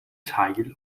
teil